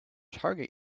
target